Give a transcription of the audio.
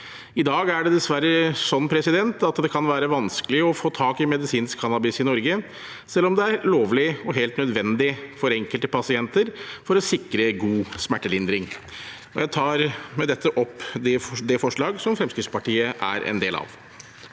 legalisering av cannabis 4819 kan være vanskelig å få tak i medisinsk cannabis i Norge, selv om det er lovlig og helt nødvendig for enkelte pasienter for å sikre god smertelindring. Jeg tar med dette opp det forslaget Fremskrittspartiet er en del av.